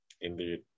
Indeed